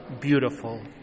beautiful